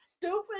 stupid